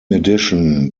addition